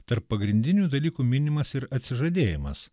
tarp pagrindinių dalykų minimas ir atsižadėjimas